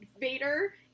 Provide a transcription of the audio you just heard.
Vader